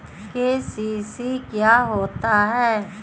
KCC क्या होता है?